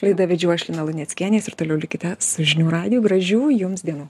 laidą vedžiau aš lina luneckienė jūs ir toliau likite žinių radiju gražių jums dienų